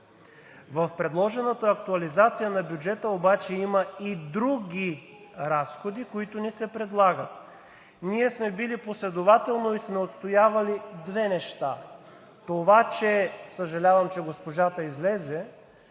В предложената актуализация на бюджета обаче има „и други“ разходи, които ни се предлагат. Ние сме били последователни и сме отстоявали две неща. Съжалявам, че госпожата излезе